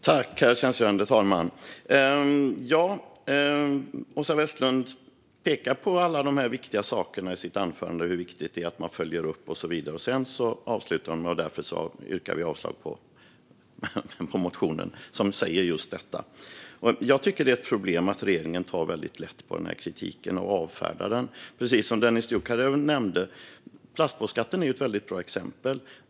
Herr ålderspresident! Åsa Westlund pekar på alla de viktiga sakerna i sitt anförande och på hur viktigt det är att man följer upp och så vidare, och sedan avslutar hon med att yrka avslag på den motion som säger just detta. Jag tycker att det är ett problem att regeringen tar väldigt lätt på kritiken och avfärdar den. Precis som Dennis Dioukarev nämnde är plastpåseskatten ett bra exempel.